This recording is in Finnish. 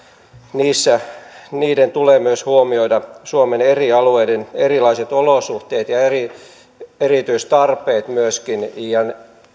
niiden tulee myöskin huomioida suomen eri alueiden erilaiset olosuhteet ja erityistarpeet ja